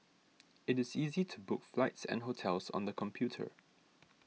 it is easy to book flights and hotels on the computer